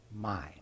mind